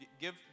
Give